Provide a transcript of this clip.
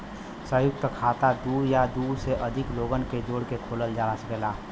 संयुक्त खाता दू या दू से अधिक लोगन के जोड़ के खोलल जा सकेला